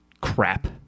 crap